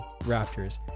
Raptors